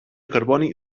carboni